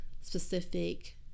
specific